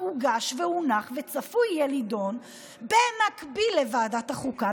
הוגש והונח וצפוי להידון במקביל בוועדת החוקה,